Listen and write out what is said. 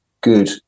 good